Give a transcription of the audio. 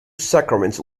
sacraments